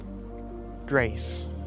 Grace